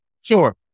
Sure